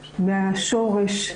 מהשורש,